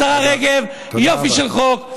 השרה רגב, יופי של חוק.